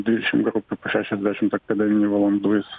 dvidešim grupių po šešiasdešimt akademinių valandų jis